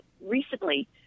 recently